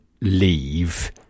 leave